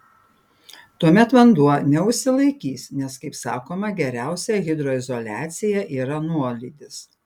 tuomet vanduo neužsilaikys nes kaip sakoma geriausia hidroizoliacija yra nuolydis